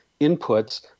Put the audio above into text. inputs